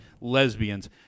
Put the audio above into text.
lesbians